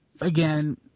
again